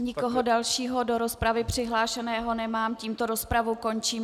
Nikoho dalšího do rozpravy přihlášeného nemám, tímto rozpravu končím.